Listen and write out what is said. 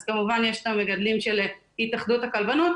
אז כמובן יש את המגדלים של התאחדות הכלבנות,